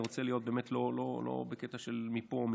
אני רוצה להיות באמת לא בקטע של מפה ומשם.